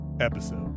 episode